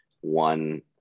one